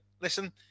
listen